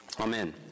Amen